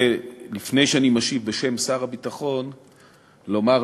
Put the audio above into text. לפני שאני משיב בשם שר הביטחון אני רוצה לומר,